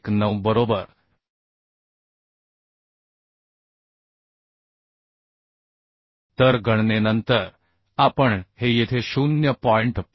19 बरोबर तर गणनेनंतर आपण हे येथे 0